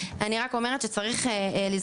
אני לא אומרת שום דבר לגבי הנוסח,